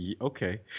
Okay